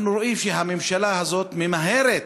אנחנו רואים שהממשלה הזאת ממהרת